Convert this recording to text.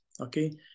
okay